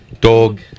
Dog